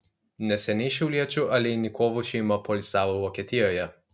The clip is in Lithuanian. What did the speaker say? neseniai šiauliečių aleinikovų šeima poilsiavo vokietijoje